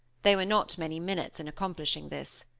they were not many minutes in accomplishing this.